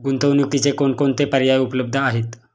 गुंतवणुकीचे कोणकोणते पर्याय उपलब्ध आहेत?